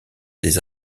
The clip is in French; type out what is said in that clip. des